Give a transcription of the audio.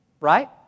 right